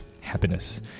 happiness